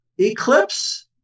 eclipse